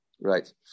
Right